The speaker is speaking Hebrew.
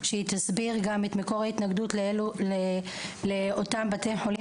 שהיא תסביר את מקור ההתנגדות לאותם בתי חולים